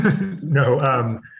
No